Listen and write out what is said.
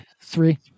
Three